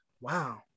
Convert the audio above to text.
Wow